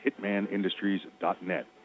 hitmanindustries.net